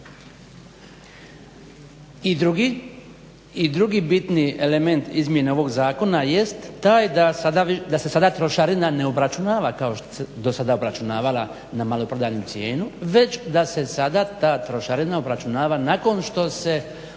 i drugi bitni element izmjene ovog zakona jest taj da sada, da se sada trošarina ne obračunava kao što se do sada obračunavala na maloprodajnu cijenu već da se sada ta trošarina obračunava nakon što se